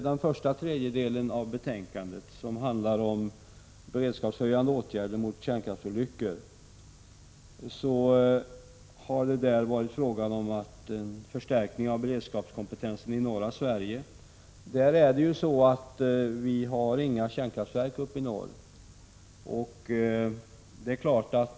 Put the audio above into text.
Den första tredjedelen av betänkandet handlar om beredskapshöjande åtgärder mot kärnkraftsolyckor. Det har här varit fråga om en förstärkning av beredskapskompetensen i norra Sverige. Vi har inga kärnkraftverk i norr.